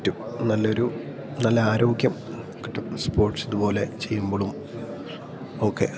പറ്റും നല്ലൊരു നല്ല ആരോഗ്യം കിട്ടും സ്പോർട്സ് ഇതുപോലെ ചെയ്യുമ്പോഴും ഒക്കെ